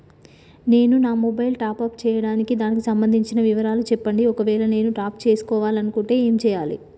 నేను నా mobile top up చేయాలి దానికి సంబంధించిన వివరాలు చెప్పండి ఒకవేళ నేను టాప్ చేసుకోవాలనుకుంటే ఏం చేయాలి?